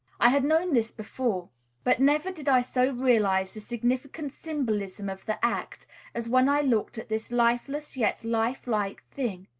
i had known this before but never did i so realize the significant symbolism of the act as when i looked at this lifeless yet lifelike thing,